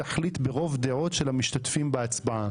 הכנסת תחליט ברוב דעות של המשתתפים בהצעה.